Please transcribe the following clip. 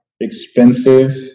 expensive